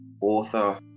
Author